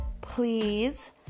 please